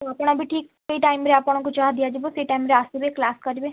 ତ ଆପଣ ବି ଠିକ୍ ସେଇ ଟାଇମ୍ରେ ଆପଣଙ୍କୁ ଯାହା ଦିଆଯିବ ସେଇ ଟାଇମ୍ରେ ଆସିବେ କ୍ଲାସ୍ କରିବେ